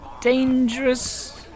dangerous